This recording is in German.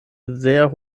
sehr